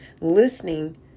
Listening